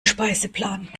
speiseplan